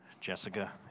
Jessica